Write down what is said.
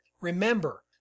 remember